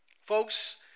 Folks